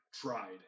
tried